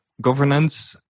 governance